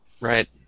Right